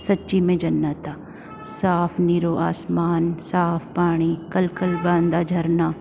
सच्ची में जन्नत आ साफ़ नीरो आसमान साफ़ पाणी कल कल बहंदा झरना